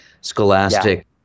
Scholastic